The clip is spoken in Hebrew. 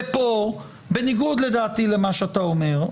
ופה בניגוד לדעתי למה שאתה אומר,